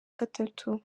gatatu